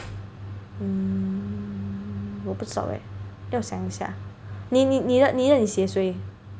mm 我不知道 leh 要想一下你你你的你的你写谁